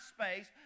space